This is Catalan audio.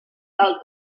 del